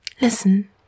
Listen